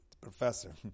Professor